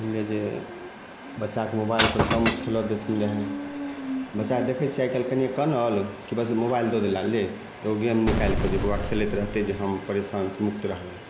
मानि लिअ जे बच्चाके मोबाइल पर कम खेलऽ देथिन रऽ बच्चा देखै छियै आइ काल्हि तनिए कानल की बस मोबाइल दऽ देला ले एगो गेम निकालिके जे बौआ खेलैत रहतै जे हम परेशानी सऽ मुक्त रहबै